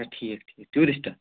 اَچھا ٹھیٖک ٹھیٖک ٹوٗرِسٹ